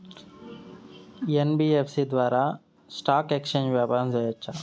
NBFC ద్వారా stock exchange వ్యాపారం సేయొచ్చా?